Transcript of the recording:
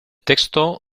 texto